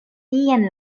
tien